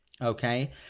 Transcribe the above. Okay